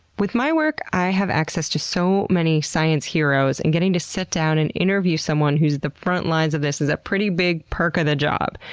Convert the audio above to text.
with my work, i have access to so many science heroes and getting to sit down and interview someone who's at the front lines of this is a pretty big perk of the job,